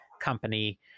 company